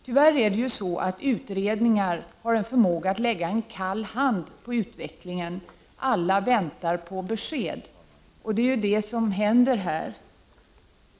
Tyvärr har utredningar en förmåga att lägga en kall hand på utvecklingen. Alla väntar på besked. Det är detta som händer här.